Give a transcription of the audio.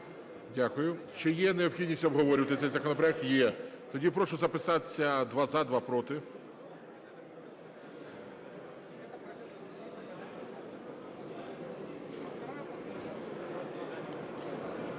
Дякую. Чи є необхідність обговорювати цей законопроект? Є. Тоді прошу записатись: два – за, два – проти. Будь